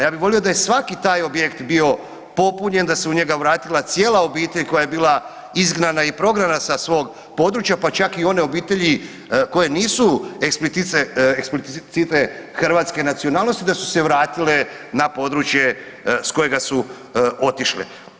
Ja bi volio da je svaki taj objekt bio popunjen, da se u njega vratila cijela obitelj koja bila izgnana i prognana sa svog područja pa čak i one obitelji koje nisu explicite hrvatske nacionalnosti, da su se vratile na područje s kojega su otišle.